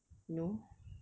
no